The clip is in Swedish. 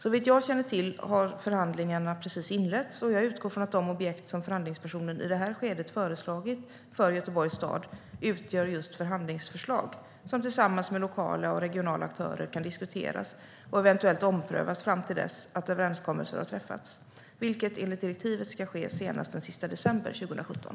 Såvitt jag känner till har förhandlingarna precis inletts, och jag utgår från att de objekt som förhandlingspersonen i det här skedet föreslagit för Göteborgs stad utgör just förhandlingsförslag som tillsammans med lokala och regionala aktörer kan diskuteras och eventuellt omprövas fram till dess att överenskommelser har träffats, vilket enligt direktiven ska ske senast den 31 december 2017.